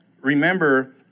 Remember